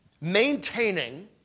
maintaining